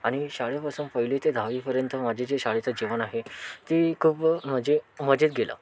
आणि शाळेपासून पहिली ते दहावीपर्यंत माझे जे शाळेचे जीवन आहे ते खूप मजे मजेत गेलं